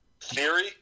Theory